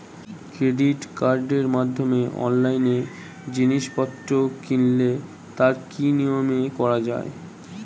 Credit কার্ডের মাধ্যমে অনলাইনে জিনিসপত্র কিনলে তার কি নিয়মে করা যায়?